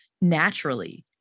naturally